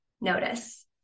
notice